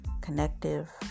connective